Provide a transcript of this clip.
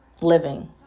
living